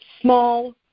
small